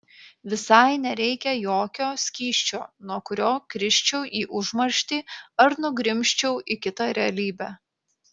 visai nereikia jokio skysčio nuo kurio krisčiau į užmarštį ar nugrimzčiau į kitą realybę